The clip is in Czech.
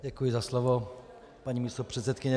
Děkuji za slovo, paní místopředsedkyně.